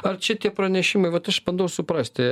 ar čia tie pranešimai vat aš bandau suprasti